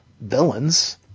villains